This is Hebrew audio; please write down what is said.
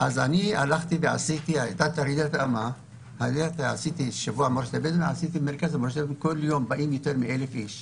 אז הלכתי ועשיתי מרכז לדו-קיום שבו באים כל יום יותר מ-1,000 אנשים